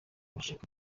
bashaka